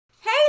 Hey